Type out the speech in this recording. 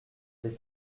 les